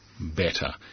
better